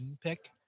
pick